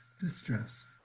distress